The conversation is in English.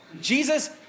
Jesus